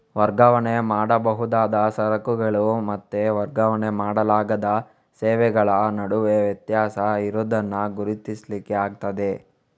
ವರ್ಗಾವಣೆ ಮಾಡಬಹುದಾದ ಸರಕುಗಳು ಮತ್ತೆ ವರ್ಗಾವಣೆ ಮಾಡಲಾಗದ ಸೇವೆಗಳ ನಡುವೆ ವ್ಯತ್ಯಾಸ ಇರುದನ್ನ ಗುರುತಿಸ್ಲಿಕ್ಕೆ ಆಗ್ತದೆ